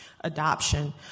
adoption